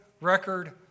record